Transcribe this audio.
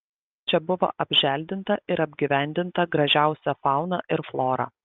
čia buvo apželdinta ir apgyvendinta gražiausia fauna ir flora